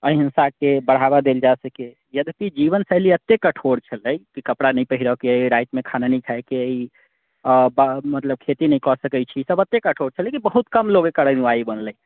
अहिंसाके बढ़ावा देल जा सके यद्यपि जीवनशैली एते कठोर छलै कि कपड़ा नहि पहिरऽके अछि रातिमे खाना नहि खाएके अछि आ बऽ मतलब खेती नहि कऽ सकैत छी ई सभ एते कठोर छलै कि बहुत कम लोग एकर अनुआयी बनलै